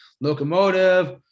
locomotive